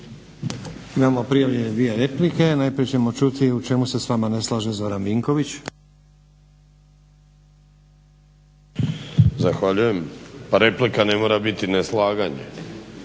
Imamo prijavljene dvije replike. Najprije ćemo čuti u čemu se s vama ne slaže Zoran Vinković. **Vinković, Zoran (HDSSB)** Zahvaljujem. Pa replika ne mora biti neslaganje,